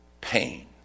pain